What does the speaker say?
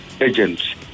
agents